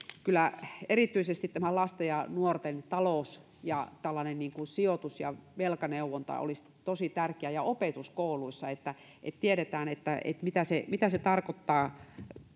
kyllä erityisesti lasten ja nuorten talous ja tällainen sijoitus ja velkaneuvonta olisi tosi tärkeää ja opetus kouluissa että että tiedetään mitä se mitä se tarkoittaa